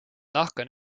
nahka